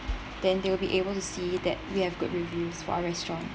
then they will be able to see that we have good reviews for our restaurants